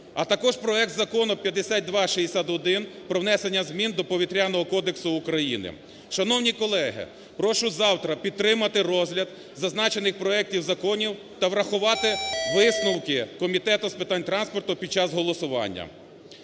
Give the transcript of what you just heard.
А також проект Закону 5261 про внесення змін до Повітряного кодексу Україна. Шановні колеги, прошу завтра підтримати розгляд зазначених проектів законів та врахувати висновки Комітету з питань транспорту під час голосування.